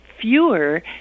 fewer